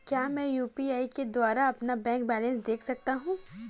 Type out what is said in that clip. क्या मैं यू.पी.आई के द्वारा अपना बैंक बैलेंस देख सकता हूँ?